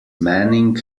manning